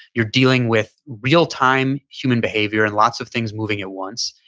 you're dealing with real time human behavior and lots of things moving at once.